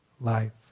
life